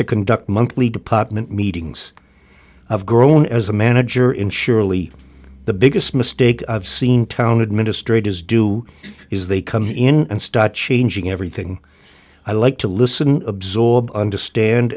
to conduct monthly department meetings have grown as a manager in surely the biggest mistake i've seen town administrators do is they come in and start changing everything i like to listen absorb understand